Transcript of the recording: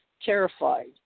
terrified